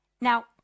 Now